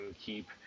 keep